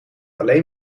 alleen